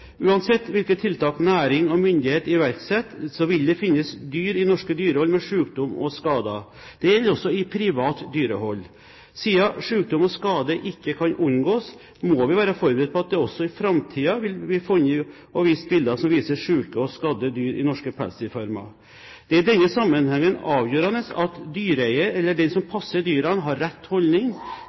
Uansett hvilke tiltak næringen og myndighetene iverksetter, vil det finnes dyr i norske dyrehold med sykdom og skader. Det gjelder også i privat dyrehold. Siden sykdom og skade ikke kan unngås, må vi være forberedt på at det også i framtiden vil bli funnet og vist bilder av syke og skadde dyr i norske pelsdyrfarmer. Det er i denne sammenhengen avgjørende at dyreeier eller den som passer dyrene, har rett holdning,